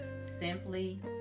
Simply